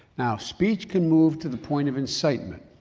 now, speech can move to the point of incitement,